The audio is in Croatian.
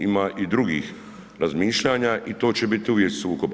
Ima i drugih razmišljanja i to će biti uvijek sukob.